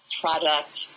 product